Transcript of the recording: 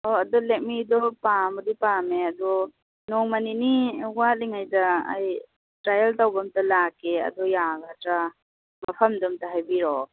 ꯑꯣ ꯑꯗꯨ ꯂꯦꯛꯃꯤꯗꯣ ꯄꯥꯝꯕꯨꯗꯤ ꯄꯥꯝꯃꯦ ꯑꯗꯣ ꯅꯣꯡꯃ ꯅꯤꯅꯤ ꯋꯥꯠꯂꯤꯉꯩꯗ ꯑꯩ ꯇ꯭ꯔꯥꯌꯦꯜ ꯇꯧꯕ ꯑꯃꯇ ꯂꯥꯛꯀꯦ ꯑꯗꯣ ꯌꯥꯒꯗ꯭ꯔꯥ ꯃꯐꯝꯗꯣ ꯑꯃꯇ ꯍꯥꯏꯕꯤꯔꯛꯑꯣ